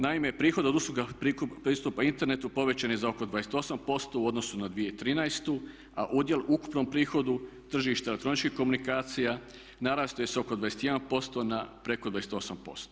Naime, prihod od usluga pristupa internetu povećan je za oko 28% u odnosu na 2013., a udjel u ukupnom prihodu tržišta elektroničkih komunikacija narastao je sa oko 21% na preko 28%